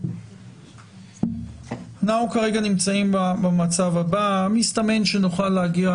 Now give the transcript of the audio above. כרגע מסתמן שנוכל להגיע